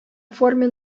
форме